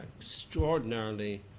extraordinarily